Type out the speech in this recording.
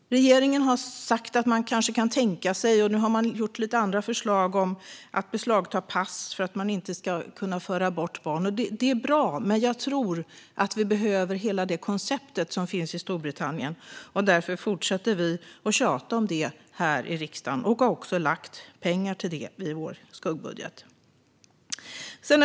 Regeringen har sagt att man kanske kan tänka sig det. Och nu har man kommit med lite andra förslag om att beslagta pass för att barn inte ska kunna föras bort. Det är bra, men jag tror att vi behöver hela det koncept som finns i Storbritannien. Därför fortsätter vi att tjata om detta här i riksdagen, och vi har också anslagit pengar till det i vår skuggbudget.